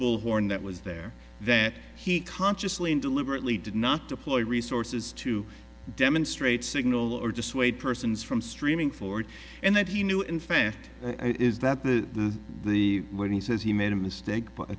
bullhorn that was there that he consciously and deliberately did not deploy resources to demonstrate signal or dissuade persons from streaming forward and that he knew in fact is that the the where he says he made a mistake